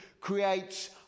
creates